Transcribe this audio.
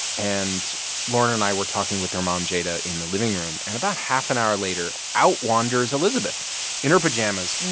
and lauren and i were talking with their mom, jada, in the living room. and about half an hour later, out wanders elizabeth in her pajamas.